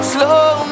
Slow